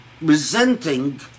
resenting